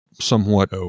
somewhat